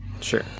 Sure